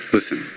Listen